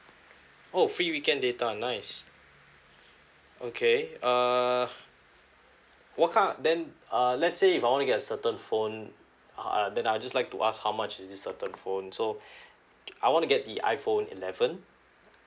oh free weekend data nice okay err what kind of then uh let's say if I want to get certain phone uh uh then I just like to ask how much is this certain phone so I want to get the iphone eleven